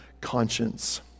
conscience